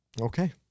Okay